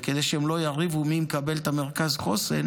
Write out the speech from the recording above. וכדי שהן לא יריבו מי מקבל את מרכז החוסן,